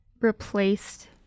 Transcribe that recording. replaced